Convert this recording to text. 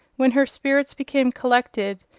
when her spirits became collected,